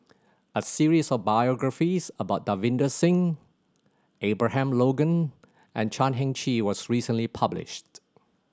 a series of biographies about Davinder Singh Abraham Logan and Chan Heng Chee was recently published